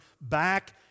back